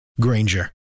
Granger